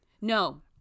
No